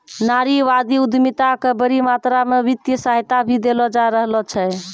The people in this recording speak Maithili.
नारीवादी उद्यमिता क बड़ी मात्रा म वित्तीय सहायता भी देलो जा रहलो छै